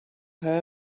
her